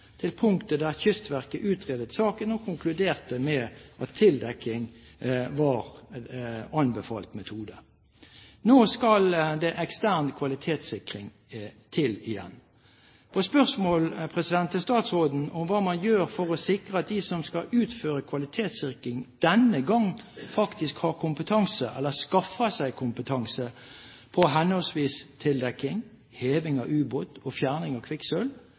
til punktet der Kystverket utredet saken og konkluderte med tildekking som anbefalt metode. Nå skal det ekstern kvalitetssikring til igjen. På spørsmål til statsråden om hva man gjør for å sikre at de som skal utføre kvalitetssikring denne gangen, faktisk har kompetanse, eller skaffer seg kompetanse på henholdsvis tildekking, heving av ubåt og fjerning av kvikksølv,